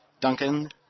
Duncan